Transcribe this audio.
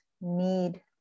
need